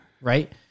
right